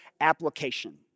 application